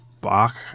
bach